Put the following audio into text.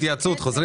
רביזיה.